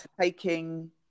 taking